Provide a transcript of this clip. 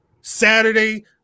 Saturday